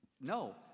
No